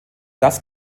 das